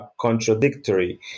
contradictory